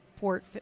port